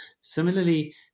Similarly